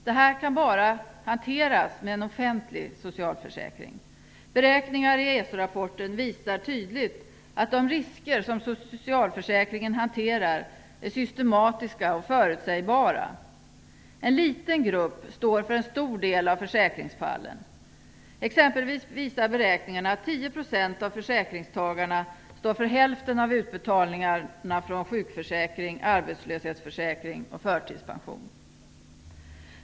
Det här kan bara hanteras med en offentlig socialförsäkring. Beräkningar i ESO-rapporten visar tydligt att de risker som socialförsäkringen hanterar är systematiska och förutsägbara. En liten grupp står för en stor del av försäkringsfallen. Exempelvis visar beräkningarna att 10 % av försäkringstagarna står för hälften av utbetalningarna från sjukförsäkring, arbetslöshetsförsäkring och förtidspension.